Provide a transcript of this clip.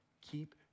keep